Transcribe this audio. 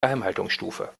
geheimhaltungsstufe